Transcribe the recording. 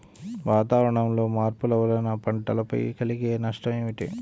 వాతావరణంలో మార్పుల వలన పంటలపై కలిగే నష్టం ఏమిటీ?